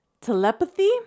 telepathy